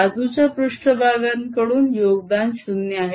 बाजूच्या पृष्ट्भागांकडून योगदान 0 आहे